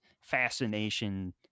fascination